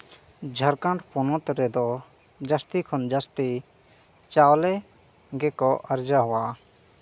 ᱡᱷᱟᱲᱠᱷᱚᱸᱰ ᱯᱚᱱᱚᱛ ᱨᱮᱫᱚ ᱡᱟᱹᱥᱛᱤ ᱠᱷᱚᱱ ᱡᱟᱹᱥᱛᱤ ᱪᱟᱣᱞᱮ ᱜᱮᱠᱚ ᱟᱨᱡᱟᱣᱟ